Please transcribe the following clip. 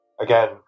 again